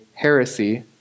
heresy